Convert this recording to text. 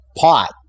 pot